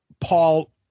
Paul